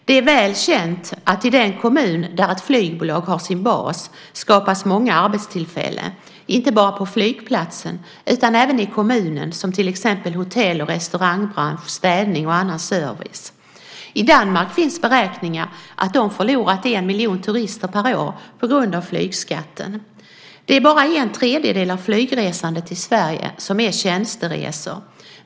Det är väl känt att det i den kommun där ett flygbolag har sin bas skapas många arbetstillfällen, inte bara på flygplatsen utan även i kommunen till exempel inom hotell och restaurangbranschen. Det gäller också städning och annan service. I Danmark finns det beräkningar som visar att de har förlorat en miljon turister per år på grund av flygskatten. Det är bara en tredjedel av flygresandet i Sverige som är tjänsteresor.